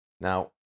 now